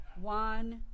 One